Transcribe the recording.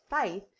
faith